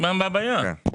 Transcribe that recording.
מה הבעיה?